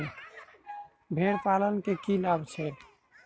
भेड़ पालन केँ की लाभ छै?